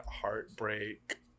heartbreak